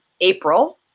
April